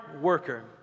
worker